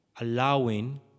allowing